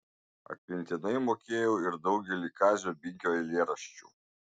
atmintinai mokėjau ir daugelį kazio binkio eilėraščių